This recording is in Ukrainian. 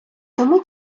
тому